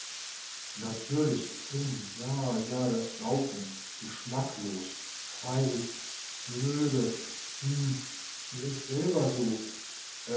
natürlich dumm ja ja das saufen geschmacklos freilich blöde hm mir ist selber so